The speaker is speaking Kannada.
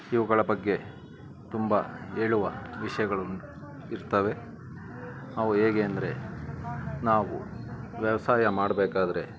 ಇವುಗಳ ಬಗ್ಗೆ ತುಂಬ ಹೇಳುವ ವಿಷಯಗಳು ಇರ್ತವೆ ಅವು ಹೇಗೆ ಅಂದರೆ ನಾವು ವ್ಯವಸಾಯ ಮಾಡಬೇಕಾದ್ರೆ